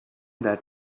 that